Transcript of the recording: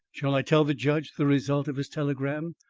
shall i tell the judge the result of his telegram,